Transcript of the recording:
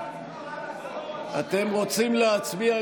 אתם רוצים להצביע?